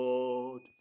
Lord